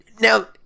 now